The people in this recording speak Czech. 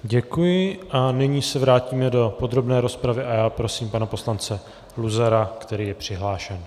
Děkuji a nyní se vrátíme do podrobné rozpravy a já prosím pana poslance Luzara, který je přihlášen.